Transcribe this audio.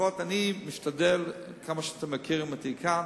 ולפחות אני משתדל, כמה שאתם מכירים אותי כאן,